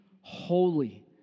holy